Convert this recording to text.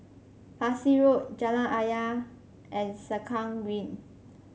Parsi Road Jalan Ayer and Sengkang Green